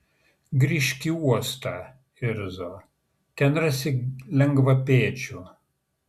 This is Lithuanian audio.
grįžk į uostą irzo ten rasi lengvapėdžių